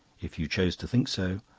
if you choose to think so,